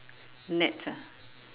nets ah